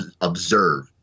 observe